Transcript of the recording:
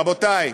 רבותי,